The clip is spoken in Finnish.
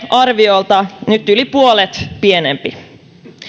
arviolta yli puolet pienempi